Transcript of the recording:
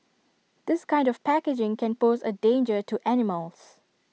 this kind of packaging can pose A danger to animals